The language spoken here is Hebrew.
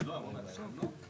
תוכנית אחרת,